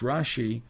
Rashi